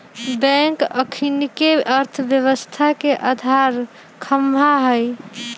bank अखनिके अर्थव्यवस्था के अधार ख़म्हा हइ